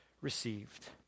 received